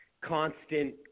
constant